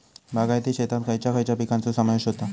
बागायती शेतात खयच्या खयच्या पिकांचो समावेश होता?